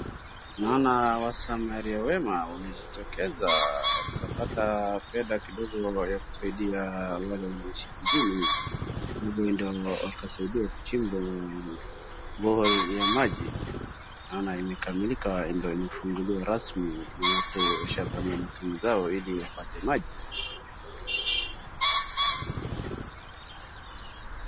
Naona Wasamaria wema wamejitokeza wakapata fedha kidogo ya kusaidia wale wanaoshi kijijini. Ndio wakasaidiwa kuchimbwa borehole ya maji. Naona imekamilika ndio inafunguliwa rasmi na watu washa panga mitungi zao ili wapate maji.